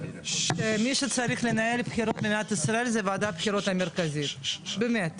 שמי שצריך לנהל בחירות במדינת ישראל זה ועדת הבחירות המרכזית באמת,